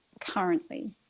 currently